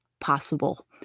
possible